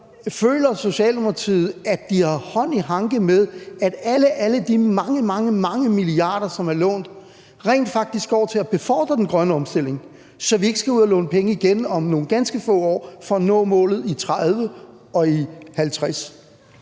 Føler Socialdemokratiet, at de har hånd i hanke med, at alle de mange, mange milliarder kroner, som er blevet lånt, rent faktisk går til at befordre den grønne omstilling, så vi ikke skal ud og låne penge igen om nogle ganske få år for at nå målet i 2030 og i 2050?